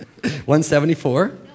174